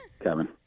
Kevin